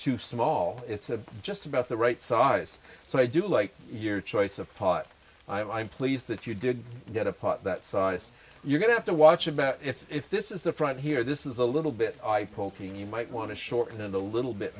too small it's just about the right size so i do like your choice of thought i'm pleased that you did get a part that size you're going to watch about if this is the front here this is a little bit i poking you might want to shorten and a little bit